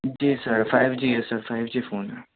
جی sir five G ہے sir five G phone ہے